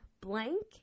blank